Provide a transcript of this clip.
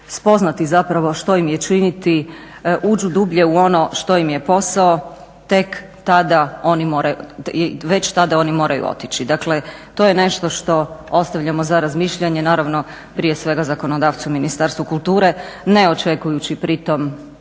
spoznati što im je činiti uđu dublje u ono što im je posao, već tada oni moraju otići. Dakle to je nešto što ostavljamo za razmišljanje, naravno prije svega zakonodavcu Ministarstvu kulture ne očekujući pri tom